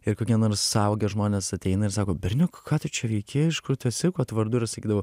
ir kokie nors suaugę žmonės ateina ir sako berniuk ką tu čia veiki iš kur tu esi ir kuo tu vardu ir sakydavau